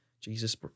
Jesus